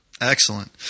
Excellent